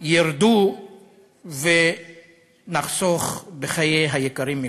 ירדו ונחסוך בחיי היקרים מכול.